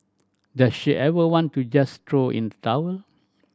does she ever want to just throw in towel